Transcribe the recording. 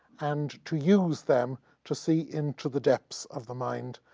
and to use them to see into the depths of the mind.